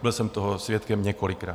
Byl jsem toho svědkem několikrát.